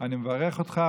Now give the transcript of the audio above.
אני מברך אותך,